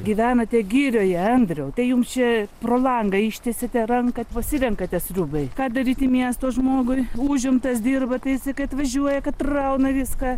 gyvenate girioje andriau tai jums čia pro langą ištiesiate ranką ir pasirenkate sriubai ką daryti miesto žmogui užimtas dirba tai jisai kai atvažiuoja kad rauna viską